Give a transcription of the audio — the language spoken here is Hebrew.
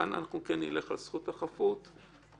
כאן כן נלך על זכות החפות וכו'.